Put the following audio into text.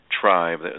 tribe